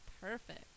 perfect